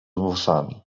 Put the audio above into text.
włosami